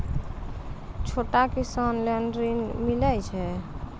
छोटा किसान लेल ॠन मिलय छै?